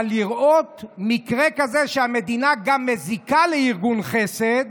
אבל לראות מקרה כזה שהמדינה גם מזיקה לארגון חסד,